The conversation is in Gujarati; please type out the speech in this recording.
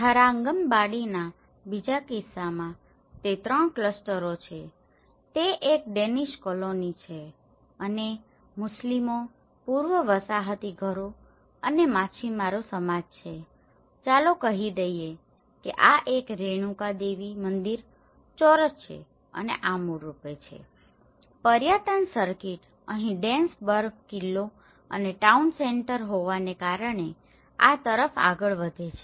થરાંગંબાડીના બીજા કિસ્સામાં તે ત્રણ ક્લસ્ટરો છે તે એક ડેનિશ કોલોની છે અને મુસ્લિમો પૂર્વ વસાહતી ઘરો અને માછીમારો સમાજ છે ચાલો કહી દઈએ કે આ એક રેણુકા દેવી મંદિર ચોરસ છે અને આ મૂળરૂપે છે પર્યટન સર્કિટ અહીં ડેન્સબર્ગ કિલ્લો અને ટાઉન સેન્ટર હોવાને કારણે આ તરફ આગળ વધે છે